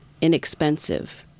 inexpensive